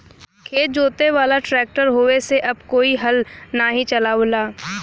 खेत जोते वाला ट्रैक्टर होये से अब कोई हल नाही चलावला